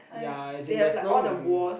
ya as in there's no